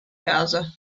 casa